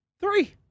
Three